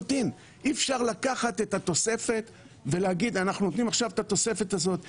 אי-אפשר לקחת את התוספת ולהגיד שאנחנו נותנים עכשיו את התוספת הזאת.